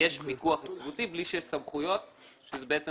שיש פיקוח יציבותי בלי שיש סמכויות וזה בעצם